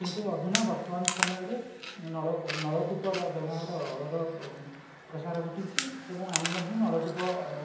କିନ୍ତୁ ଅଧୁନା ବର୍ତ୍ତମାନ ସମୟରେ ନଳ ନଳକୂପର ବ୍ୟବହାରର ପ୍ରସାର ଘଟିଛି ଏବଂ ଆମେ ମଧ୍ୟ ନଳକୂପ